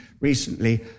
recently